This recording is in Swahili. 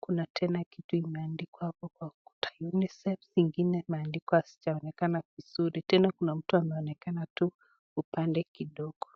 kuna tena kitu imeandikwa kwa ukuta Unicef zingine imeandikwa hazijaonekana vizuri. Tena kuna mtu ameonekana tu upande kidogo.